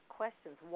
questions